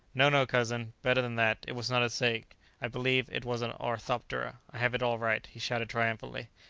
no, no, cousin, better than that! it was not a snake i believe it was an orthoptera i have it all right, he shouted triumphantly.